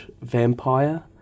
vampire